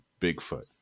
Bigfoot